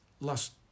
last